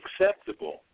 acceptable